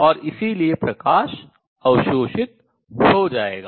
और इसलिए प्रकाश अवशोषित हो जाएगा